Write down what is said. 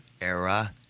era